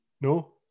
No